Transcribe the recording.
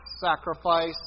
sacrifice